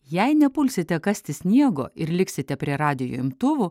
jei nepulsite kasti sniego ir liksite prie radijo imtuvų